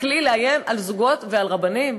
הכלי לאיים על זוגות ועל רבנים?